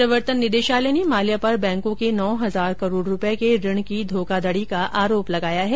प्रवर्तन निदेशालय ने माल्या पर बैंकों के नौ हजार करोड़ रुपये के ऋण की धोखाधड़ी का आरोप लगाया है